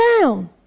down